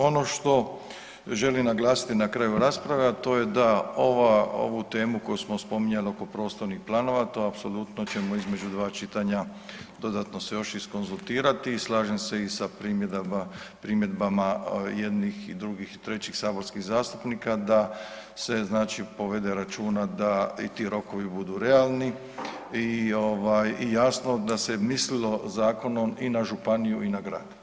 Ono što želim naglasiti na kraju rasprave, a to je da ovu temu koju smo spominjali oko prostornih planova, to apsolutno ćemo između 2 čitanja dodatno se još iskonzultirati i slažem se i sa primjedbama jednih i drugih i trećih saborskih zastupnika da se znači povede računa da i ti rokovi budu realni i ovaj, i jasno da se mislilo zakonom i na županiju i na grad.